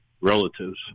relatives